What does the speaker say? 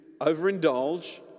overindulge